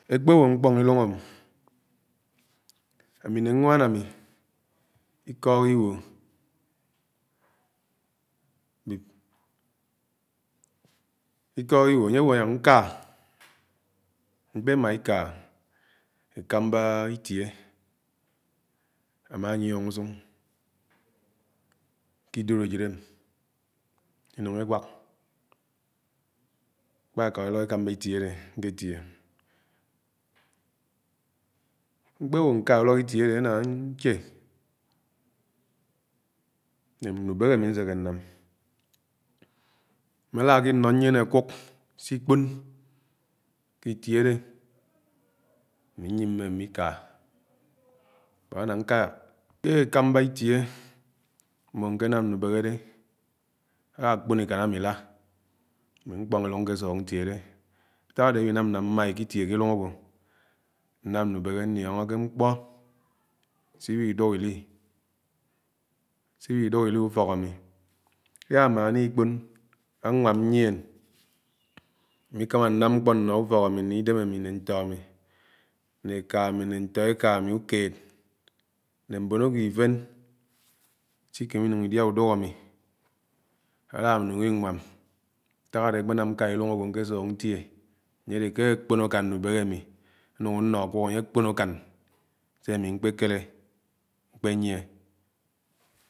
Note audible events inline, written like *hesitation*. . ékpéwó m̃kpóng ilúng ọ mi ami ne ñwán ami ikọg iwúo, *hesitation* ikọg iwúo anye awo ná nká mkpémá iká èkámbã itie adẽ nké tie, ñkpẽwõ nká úlõhõ itie ade áná nehé ne mbúbéhẽ aséké ñam mme àlákí inó ñyíén àkúk siápín ké itie ade? Ami ñyimé ami ìká, ké ènámbá itie moho nké nam nùbéhẽdẽ áná àkpóñ ìkán ami ilá ami mkpong ilúng nké síde ñtie dé nták adé awinám ná mmá íkitiè ki-ilúng ágwo nám ñùbẽhẽ nióngiké m̃kpọ se iwi-idùk ili ùfọk amike àlàmaná ikpõn ánwám nýieñ ami uama nam nkpo nnọ ùfọk ami, ne idém ami né ñtọ ami ne ekámi ne ntọ ekami ùkeñd, né mbin ag̱wo ifèn sikémé, inúng idia uduk ami alanungo inwam ñtàk ade akpenam ñká ilúng ágwo ñkésiók ntié ánye adé ké ákpón akán nùbéhẽ amí añúng ánọ akúk anye ahpon akán se ami m̃kpéhélé m̃kpényié.